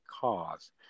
cause